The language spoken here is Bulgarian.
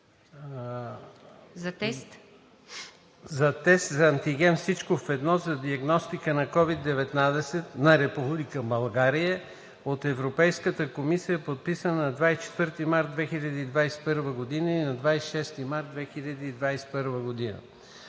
за антиген „всичко в едно“ за диагностика на COVID-19 на Република България от Европейската комисия, подписан на 24 март 2021 г. и на 26 март 2021 г.